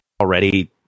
already